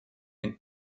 and